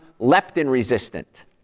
leptin-resistant